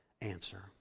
answer